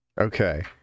Okay